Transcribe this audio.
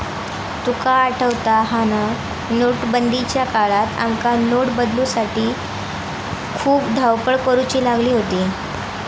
तुका आठवता हा ना, नोटबंदीच्या काळात आमका नोट बदलूसाठी खूप धावपळ करुची लागली होती